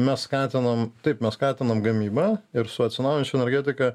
mes skatinam taip mes skatinam gamybą ir su atsinaujinančia energetika